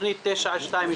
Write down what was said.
לתוכנית 922,